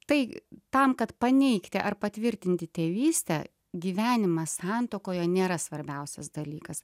tai tam kad paneigti ar patvirtinti tėvystę gyvenimas santuokoje nėra svarbiausias dalykas